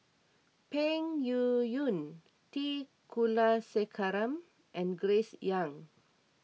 Peng Yuyun T Kulasekaram and Glace Young